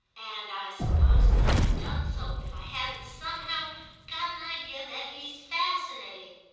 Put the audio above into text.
and i suppose they'd have done so if i hadn't somehow got an idea that he's fascinating.